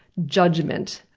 judgment,